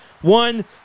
One